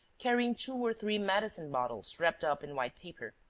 carrying two or three medicine-bottles wrapped up in white paper.